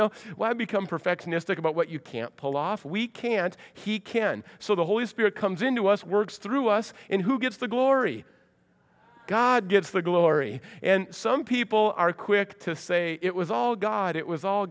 know why become perfectionistic about what you can't pull off we can't he can so the holy spirit comes into us works through us and who gets the glory god gives the glory and some people are quick to say it was all god it was